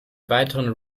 weiteren